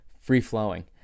free-flowing